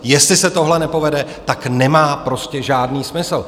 Jestli se tohle nepovede, tak to nemá prostě žádný smysl.